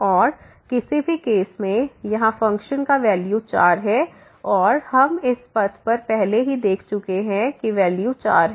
और किसी भी केस में यहाँ फंक्शन का वैल्यू 4 है और हम इस पाथ पर पहले ही देख चुके हैं कि वैल्यू 4 है